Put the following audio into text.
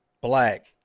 black